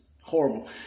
Horrible